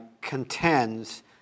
contends